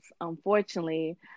Unfortunately